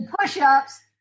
push-ups